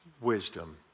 wisdom